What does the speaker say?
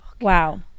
wow